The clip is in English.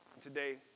today